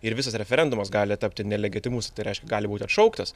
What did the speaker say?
ir visas referendumas gali tapti nelegitimus ir tai reiškia gali būti atšauktas